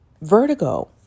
vertigo